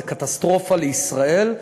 זה קטסטרופה לישראל,